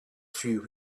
few